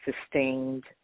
sustained